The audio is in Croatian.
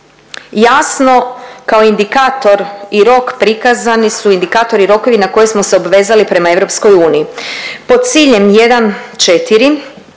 jasno kao indikator i rok prikazani su indikatori i rokovi na koje smo se obvezali prema EU. Pod ciljem 1.4.